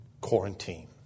quarantine